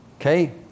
okay